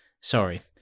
sorry